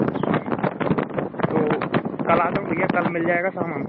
अच्छा तो कल आ जाऊँ भइया कल मिल जाएगा सामान